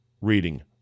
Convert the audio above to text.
reading